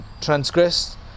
transgressed